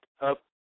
up